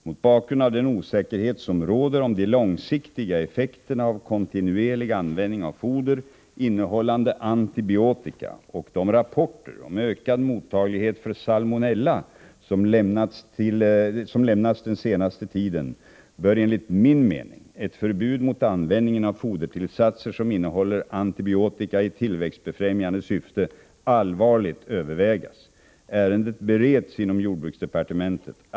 Mot bakgrund av den osäkerhet som råder om de långsiktiga effekterna av kontinuerlig användning av foder innehållande antibiotika och de rapporter om ökad mottaglighet för salmonella som lämnats den senste tiden bör enligt min mening ett förbud mot användningen av fodertillsatser som innehåller antibiotika i tillväxtbefrämjande syfte allvarligt övervägas. Ärendet bereds inom jordbruksdepartementet.